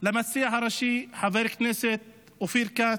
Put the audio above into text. למציע הראשי חבר כנסת אופיר כץ,